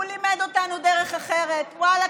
הוא לימד אותנו דרך אחרת: ואללה,